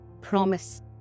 promise